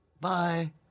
bye